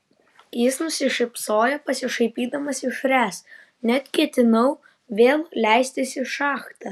jis nusišypsojo pasišaipydamas iš ręs net ketinau vėl leistis į šachtą